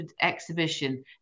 exhibition